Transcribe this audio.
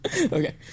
Okay